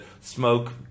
smoke